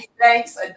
thanks